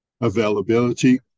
availability